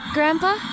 Grandpa